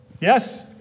Yes